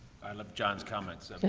i love john's comments. ah, but